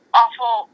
awful